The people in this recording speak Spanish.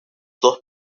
dos